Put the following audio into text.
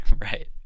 Right